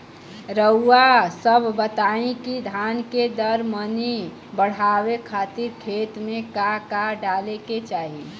रउआ सभ बताई कि धान के दर मनी बड़ावे खातिर खेत में का का डाले के चाही?